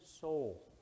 soul